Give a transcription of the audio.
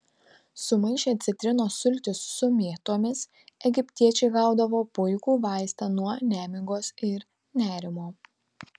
sumaišę citrinos sultis su mėtomis egiptiečiai gaudavo puikų vaistą nuo nemigos ir nerimo